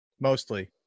mostly